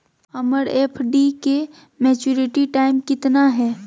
हमर एफ.डी के maturity time कितना है?